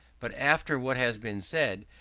but after what has been said,